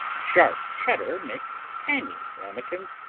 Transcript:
sharp cheddar makes tangy ramekins,